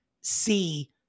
see